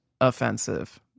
offensive